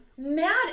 Mad